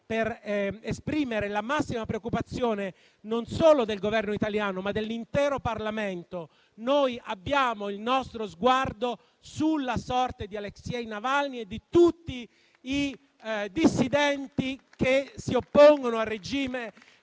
per esprimere la massima preoccupazione non solo del Governo italiano, ma dell'intero Parlamento. Noi abbiamo il nostro sguardo sulla sorte di Alexei Navalny e di tutti i dissidenti che si oppongono al regime